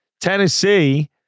Tennessee